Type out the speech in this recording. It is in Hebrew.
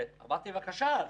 ואמרתי: בבקשה,